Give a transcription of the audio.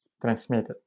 transmitted